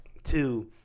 Two